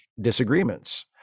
disagreements